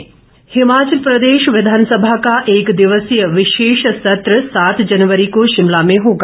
विघानसभा हिमाचल प्रदेश विधानसभा का एक दिवसीय विशेष सत्र सात जनवरी को शिमला में होगा